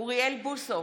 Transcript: אוריאל בוסו,